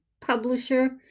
publisher